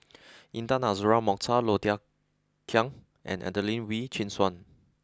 Intan Azura Mokhtar Low Thia Khiang and Adelene Wee Chin Suan